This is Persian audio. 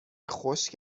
خشک